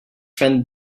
friend